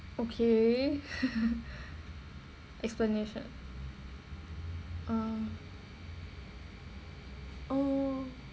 okay explanation oh oh